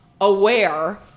aware